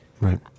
right